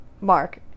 Mark